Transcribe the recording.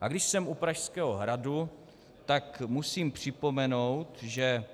A když jsem u Pražského hradu, tak musím připomenout, že